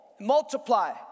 multiply